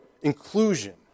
inclusion